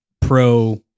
pro